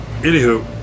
anywho